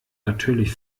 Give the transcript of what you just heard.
natürlich